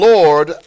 Lord